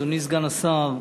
אדוני סגן השר,